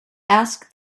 ask